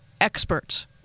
experts